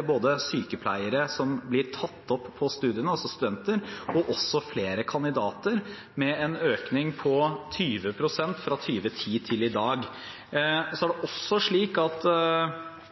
det både flere sykepleiere som blir tatt opp på studiene, altså studenter, og flere kandidater, med en økning på 20 pst. fra 2010 til i dag. Det er